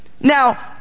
Now